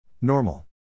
Normal